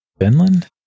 Finland